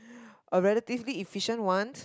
a relatively efficient ones